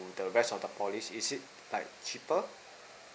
the rest of the polys is it like cheaper